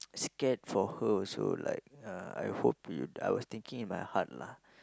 scared for her also like uh I hope you I was thinking in my heart lah